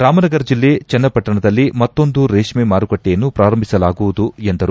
ರಾಮನಗರ ಜಿಲ್ಲೆ ಚನ್ನಪಟ್ಟಣದಲ್ಲಿ ಮತ್ತೊಂದು ರೇಷ್ಠೆ ಮಾರುಕಟ್ಲೆಯನ್ನು ಪ್ರಾರಂಭಿಸಲಾಗುವುದೆಂದರು